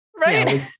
right